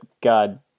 god